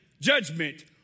judgment